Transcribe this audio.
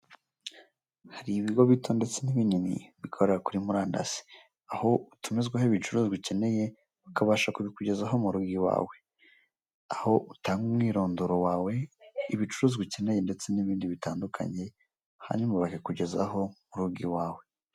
Hari ibigo bito ndetse n'ibinini, bikorera kuri murandasi. Aho utumizaho ibicuruzwa ukeneye bakabasha kubikugezaho mu rugo i wawe. Aho utanga umwirondoro wawe, ibicuruzwa ukeneye, ndetse n'ibindi bitandukanye, hanyuma bakabikugezaho mu rugo i wawe.